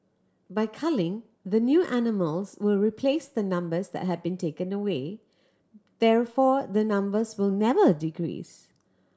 by culling the new animals will replace the numbers that have been taken away therefore the numbers will never decrease